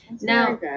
Now